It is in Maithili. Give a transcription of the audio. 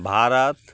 भारत